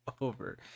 over